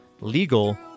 legal